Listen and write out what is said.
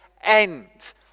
end